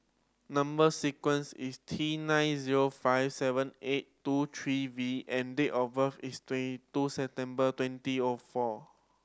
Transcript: number sequence is T nine zero five seven eight two three V and date of birth is twenty two September twenty O four